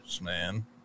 man